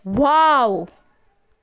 wow